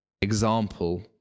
example